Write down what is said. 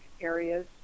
areas